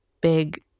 big